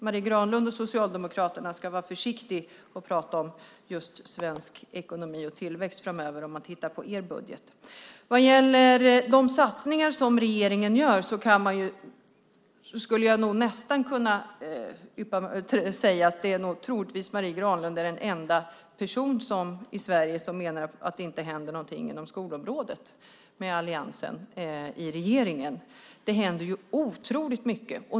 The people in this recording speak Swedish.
Marie Granlund och Socialdemokraterna ska nog vara försiktiga med att prata om just svensk ekonomi och utveckling framöver sett till er budget. Vad gäller de satsningar som regeringen gör skulle jag nästan kunna säga att Marie Granlund troligtvis är den enda person i Sverige som menar att det inte händer någonting inom skolområdet nu med alliansen i regeringsställning. Det händer otroligt mycket!